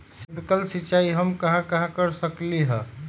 Sprinkle सिंचाई हम कहाँ कहाँ कर सकली ह?